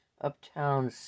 Uptown